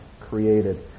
created